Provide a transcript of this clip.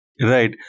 Right